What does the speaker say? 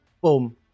boom